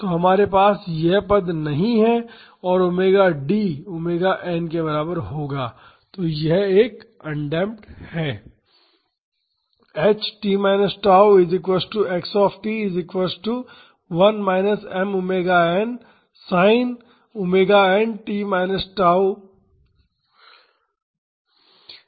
तो हमारे पास यह पद नहीं है और ओमेगा डी ओमेगा एन के बराबर होगा तो यह एक अन डेमप्ड है